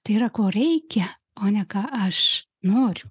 tai yra ko reikia o ne ką aš noriu